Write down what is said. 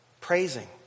praising